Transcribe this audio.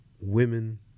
women